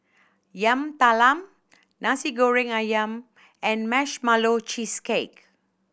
Yam Talam Nasi Goreng Ayam and Marshmallow Cheesecake